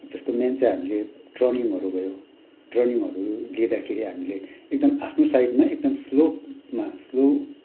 जस्तो मेन चाहिँ हामीले टर्निङहरू भयो टर्निङहरू लिँदाखेरि हामीले एकदम आफ्नो साइडमा एकदम स्लोमा स्लो